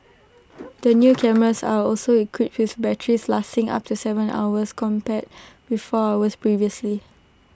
the new cameras are also equipped with batteries lasting up to Seven hours compared with four hours previously